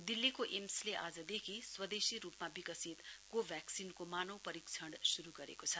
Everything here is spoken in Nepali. दिल्लीको एम्सले आजदेखि स्वदेशी रुपमा विकसित कोवैक्सिनको मानव परीक्षण शुरु गरेको छ